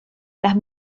las